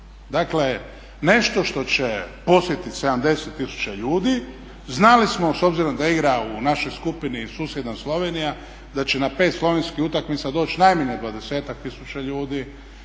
Dakle, nešto što će posjetiti 70000 ljudi, znali smo s obzirom da igra u našoj skupini susjedna Slovenija, da će na 5 slovenskih utakmica doći najmanje 20-tak tisuća